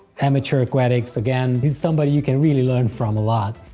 amateur aquatics again! he's somebody you can really learn from a lot!